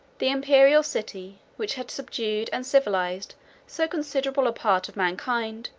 the imperial city, which had subdued and civilized so considerable a part of mankind,